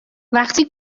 وقتی